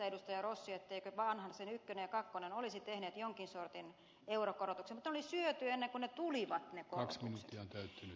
rossi etteivätkö vanhasen ykkönen ja kakkonen olisi tehneet jonkin sortin eurokorotuksia mutta ne korotukset oli syöty ennen kuin ne tulivat